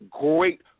great